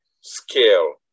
scale